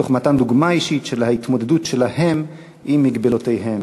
תוך מתן דוגמה אישית של ההתמודדות שלהם עם מגבלותיהם.